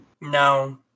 no